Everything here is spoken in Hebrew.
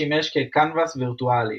ששימש כ"קנבס וירטואלי",